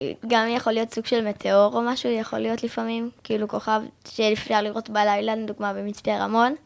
גם יכול להיות סוג של מטאור או משהו, יכול להיות לפעמים כאילו כוכב שאפשר לראות בלילה, לדוגמה במצפה רמון.